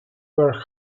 where